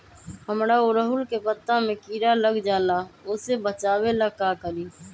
हमरा ओरहुल के पत्ता में किरा लग जाला वो से बचाबे ला का करी?